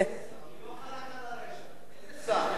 השר לעתיד.